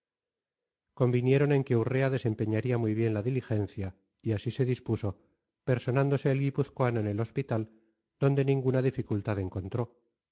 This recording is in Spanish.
convinieron en que urrea desempeñaría muy bien la diligencia y así se dispuso personándose el guipuzcoano en el hospital donde ninguna dificultad encontró